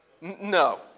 No